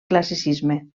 classicisme